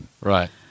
Right